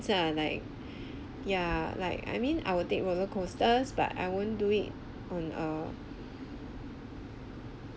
ah like ya like I mean I will take roller coasters but I won't do it on a